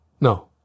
No